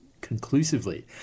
conclusively